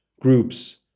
groups